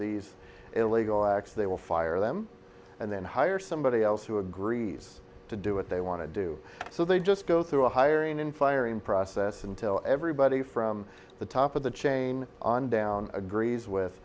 these illegal acts they will fire them and then hire somebody else who agrees to do what they want to do so they just go through a hiring and firing process until everybody from the top of the chain on down agrees with